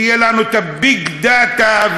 שיהיה לנו ה-big data,